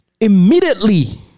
Immediately